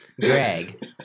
greg